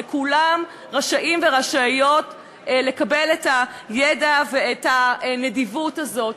וכולם רשאים ורשאיות לקבל את הידע ואת הנדיבות הזאת.